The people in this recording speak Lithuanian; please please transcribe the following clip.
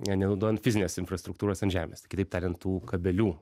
nenaudojant fizinės infrastruktūros ant žemės kitaip tariant tų kabelių